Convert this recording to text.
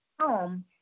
home